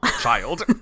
child